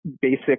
Basic